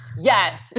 Yes